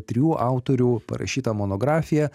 trijų autorių parašytą monografiją